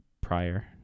prior